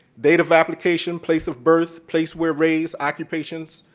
date of application, place of birth, place where raised, occupations,